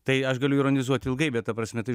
tai aš galiu ironizuoti ilgai bet ta prasme tai